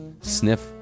sniff